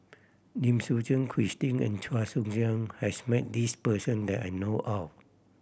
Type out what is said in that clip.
Lim Suchen Christine and Chua Joon Siang has met this person that I know of